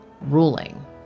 ruling